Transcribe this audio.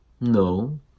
no